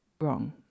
wrong